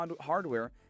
hardware